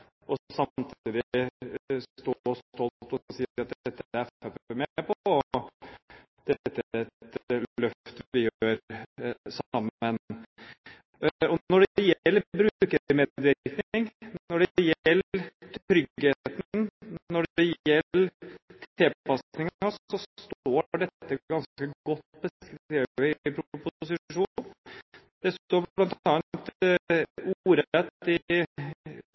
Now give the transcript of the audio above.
samtidig som man stolt står og sier at dette er Fremskrittspartiet med på, og at dette er et løft vi gjør sammen. Når det gjelder brukermedvirkning, når det gjelder tryggheten, og når det gjelder tilpasningen, står dette ganske godt beskrevet i proposisjonen. Det står bl.a. ordrett i